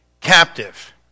captive